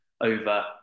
over